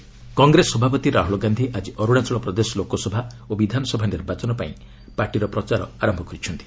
ଅର୍ଚ୍ଚଣାଚଳ ରାହ୍ରଲ କଂଗ୍ରେସ ସଭାପତି ରାହୁଲ ଗାନ୍ଧି ଆଜି ଅରୁଣାଚଳ ପ୍ରଦେଶ ଲୋକସଭା ଓ ବିଧାନସଭା ନିର୍ବାଚନ ପାଇଁ ପାର୍ଟିର ପ୍ରଚାର ଆରମ୍ଭ କରିଛନ୍ତି